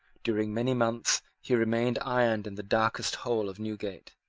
during many months he remained ironed in the darkest hole of newgate.